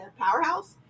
powerhouse